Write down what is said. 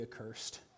accursed